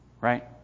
right